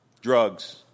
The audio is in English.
drugs